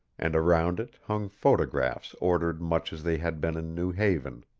and around it hung photographs ordered much as they had been in new haven.